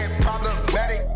problematic